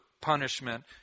punishment